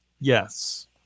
Yes